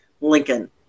Lincoln